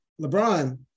LeBron